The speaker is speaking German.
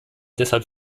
deshalb